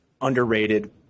underrated